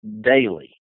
daily